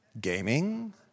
gaming